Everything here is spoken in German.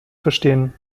verstehen